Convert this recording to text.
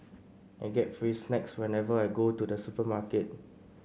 I get free snacks whenever I go to the supermarket